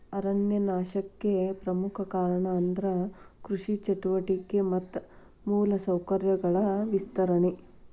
ಅರಣ್ಯ ನಾಶಕ್ಕೆ ಮುಖ್ಯ ಕಾರಣ ಅಂದ್ರ ಕೃಷಿ ಚಟುವಟಿಕೆ ಮತ್ತ ಮೂಲ ಸೌಕರ್ಯಗಳ ವಿಸ್ತರಣೆ